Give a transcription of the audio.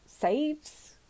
saves